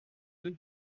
deux